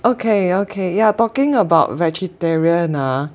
okay okay you're talking about vegetarian ah